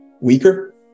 weaker